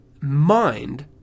mind